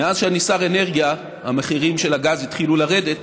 מאז שאני שר אנרגיה המחירים של הגז התחילו לרדת,